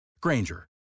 Granger